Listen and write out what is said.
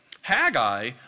Haggai